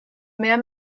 mehr